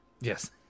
Yes